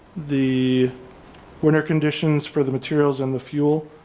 the winter conditions for the materials and the fuel.